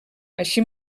així